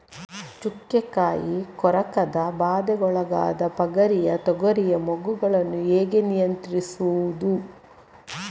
ಚುಕ್ಕೆ ಕಾಯಿ ಕೊರಕದ ಬಾಧೆಗೊಳಗಾದ ಪಗರಿಯ ತೊಗರಿಯ ಮೊಗ್ಗುಗಳನ್ನು ಹೇಗೆ ನಿಯಂತ್ರಿಸುವುದು?